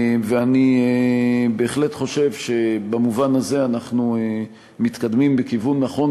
אני בהחלט חושב שבמובן הזה אנחנו מתקדמים בכיוון נכון,